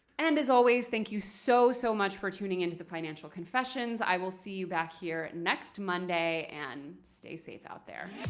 and as always, thank you so, so much for tuning into the financial confessions. i will see you back here next monday, and stay safe out there.